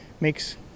makes